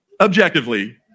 objectively